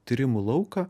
tyrimų lauką